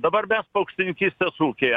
dabar mes paukštininkystės ūkiai